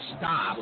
stop